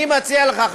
אני מציע לך,